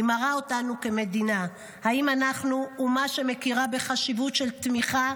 היא מראה אותנו כמדינה: האם אנחנו אומה שמכירה בחשיבות התמיכה